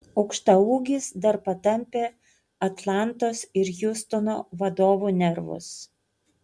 aukštaūgis dar patampė atlantos ir hjustono vadovų nervus